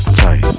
tight